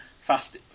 Fast